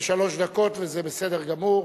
בשלוש דקות, וזה בסדר גמור.